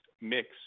mix